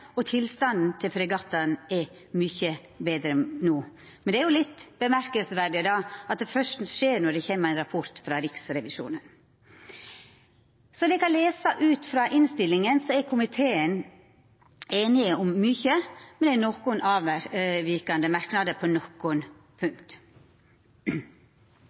og tilstanden til fregattane er mykje betre no. Men det er litt iaugefallande at det først skjer når det kjem ein rapport frå Riksrevisjonen. Som ein kan lesa ut frå innstillinga, er komiteen einige om mykje, men det er nokre avvikande merknader på